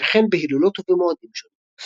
וכן בהילולות ובמועדים שונים.